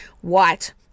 White